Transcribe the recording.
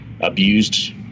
abused